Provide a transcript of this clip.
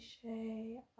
cliche